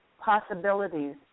possibilities